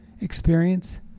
experience